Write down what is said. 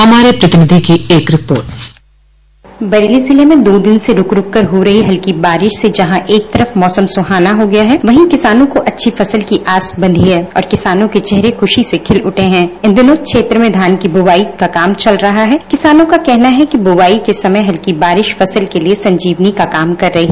हमारी प्रतिनिधि की एक रिपोर्ट बरेली जिले में दो दिन से रुक रुक हो रही हल्की बारिश से जंहा एक तरफ मौसम सुहाना हो गया है वही किसानों को अच्छी फसल की आस बंधी है और किसानों के चेहरे खुशी से खिल उठे है इन दिनों क्षेत्र में धान की बुवाई का काम चल रहा किसानों का कहना है बुवाई के समय हल्की बारिश फसल के लिए संजीवनी काम कर रही